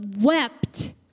wept